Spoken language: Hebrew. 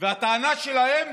והטענה שלהם